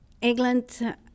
England